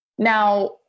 Now